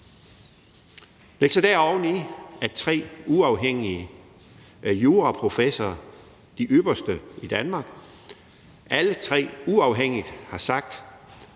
Læg så der oveni, at tre uafhængige juraprofessorer, de ypperste i Danmark, alle tre uafhængigt har sagt,